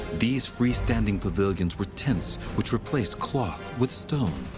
these free standing pavilions were tents, which replaced cloth with stone.